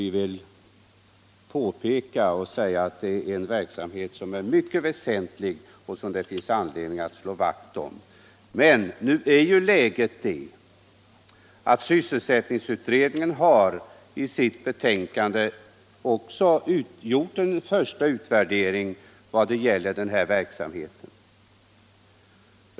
Jag vill framhålla att vi anser verksamheten när det gäller dessa frågor mycket väsentlig och menar att det finns anledning att slå vakt om den. Men nu är ju läget det, att sysselsättningsutredningen i sitt betänkande har gjort en första utvärdering av IKS-verksamheten.